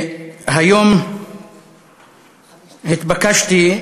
והיום התבקשתי,